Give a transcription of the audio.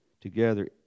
together